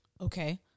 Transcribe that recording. Okay